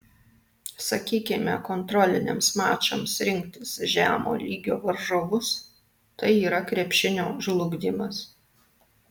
sakykime kontroliniams mačams rinktis žemo lygio varžovus tai yra krepšinio žlugdymas